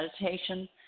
meditation